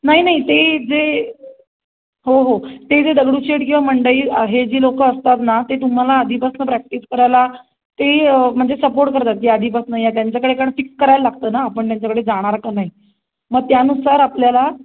नाही नाही ते जे हो हो ते जे दगडूशेठ किंवा मंडई हे जी लोकं असतात ना ते तुम्हाला आधीपासनं प्रॅक्टिस करायला ते म्हणजे सपोट करतात की आधीपासनं या त्यांच्याकडे कारण फिक्स करायला लागतं ना आपण त्यांच्याकडे जाणार का नाही मग त्यानुसार आपल्याला